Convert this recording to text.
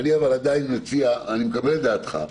אני מקבל את דעתך.